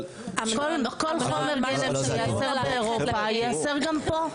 כל חומר גלם שייאסר באירופה ייאסר גם פה.